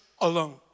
alone